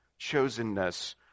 chosenness